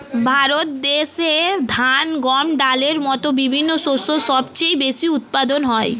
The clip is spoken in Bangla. ভারত দেশে ধান, গম, ডালের মতো বিভিন্ন শস্য সবচেয়ে বেশি উৎপাদন হয়